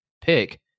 pick